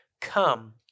come